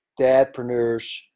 dadpreneurs